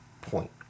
point